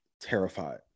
terrified